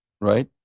right